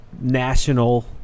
national